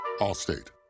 Allstate